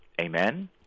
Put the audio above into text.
Amen